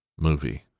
movie